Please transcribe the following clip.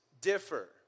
differ